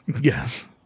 Yes